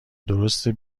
درسته